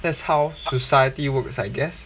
that's how society works I guess